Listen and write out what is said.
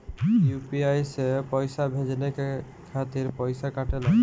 UPI से पइसा भेजने के खातिर पईसा कटेला?